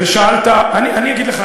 אני אגיד לך.